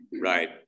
right